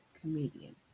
comedian